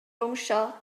bownsio